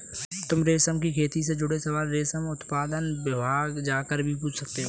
तुम रेशम की खेती से जुड़े सवाल रेशम उत्पादन विभाग जाकर भी पूछ सकते हो